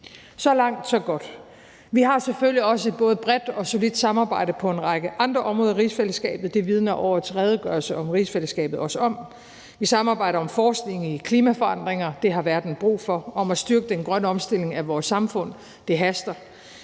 Så langt, så godt. Vi har selvfølgelig også et både bredt og solidt samarbejde på en række andre områder i rigsfællesskabet. Det vidner årets redegørelse om rigsfællesskabet også om. Vi samarbejder om forskning i klimaforandringer – det har verden brug for – og om at styrke den grønne omstilling af vores samfund, og det haster.